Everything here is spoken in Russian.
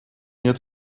нет